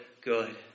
good